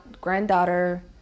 granddaughter